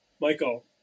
Michael